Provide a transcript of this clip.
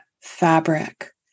fabric